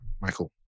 Michael